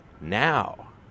now